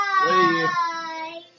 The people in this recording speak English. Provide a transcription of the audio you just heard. Bye